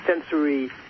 sensory